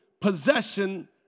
possession